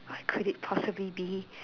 what could it possibly be